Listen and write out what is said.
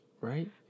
right